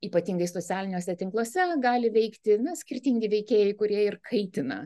ypatingai socialiniuose tinkluose gali veikti skirtingi veikėjai kurie ir kaitina